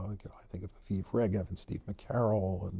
i think aviv regev, and steve mccarroll, and